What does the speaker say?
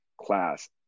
class